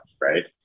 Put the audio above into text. right